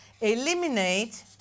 eliminate